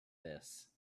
this